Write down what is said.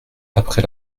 après